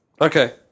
Okay